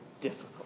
difficult